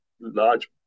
large